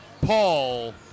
Paul